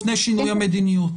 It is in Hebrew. לפני שינוי המדיניות.